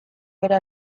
bera